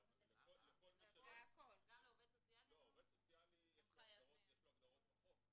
לעובד הסוציאלי יש הגדרות בחוק.